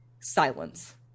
silence